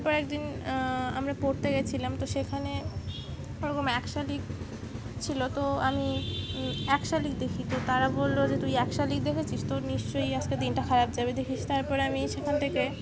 তারপর একদিন আমরা পড়তে গেছিলাম তো সেখানে ওরকম এক শালিক ছিল তো আমি এক শালিক দেখি তো তারা বললো যে তুই এক শালিক দেখেছিস তো নিশ্চয়ই আজকে দিনটা খারাপ যাবে দেখে তারপর আমি সেখান থেকে